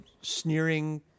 sneering